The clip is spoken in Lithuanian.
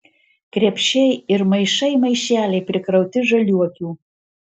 krepšiai ir maišai maišeliai prikrauti žaliuokių